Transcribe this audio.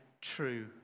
true